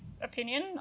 opinion